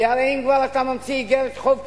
כי הרי אם אתה כבר ממציא איגרת חוב כזאת,